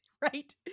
Right